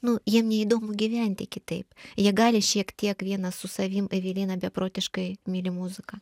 nu jiem neįdomu gyventi kitaip jie gali šiek tiek vienas su savim evelina beprotiškai myli muziką